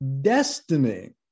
destiny